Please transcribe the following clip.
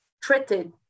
treated